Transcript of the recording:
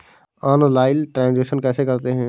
Online transaction कैसे करते हैं?